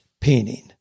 painting